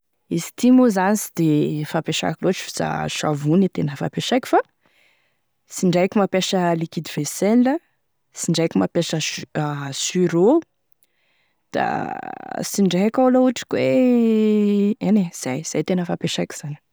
Izy ty moa zany sy de fampiasaiko loatry, fa savony e tena fampiasaiko fa sy indraiky mampiasa liquide vaisselle, sy indraiky mampiasa sureau da sy indraiky iaho laha ohatry koe e eny e zay, zay e tena fampiasaiko zany e.